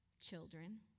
Children